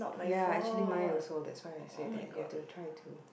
ya actually mine also that's why I say that you have to try to